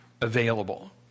available